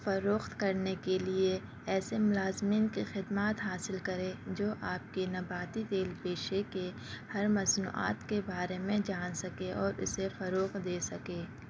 فروخت کرنے کے لیے ایسے ملازمین کی خدمات حاصل کریں جو آپ کی نباتی تیل پیشے کے ہر مصنوعات کے بارے میں جان سکے اور اسے فروغ دے سکے